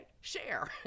Share